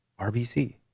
RBC